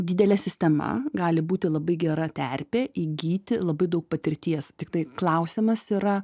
didelė sistema gali būti labai gera terpė įgyti labai daug patirties tiktai klausimas yra